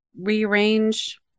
rearrange